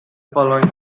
following